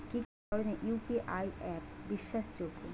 কি কি ধরনের ইউ.পি.আই অ্যাপ বিশ্বাসযোগ্য?